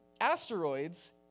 asteroids